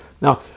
Now